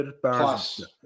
plus